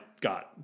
got